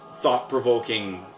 thought-provoking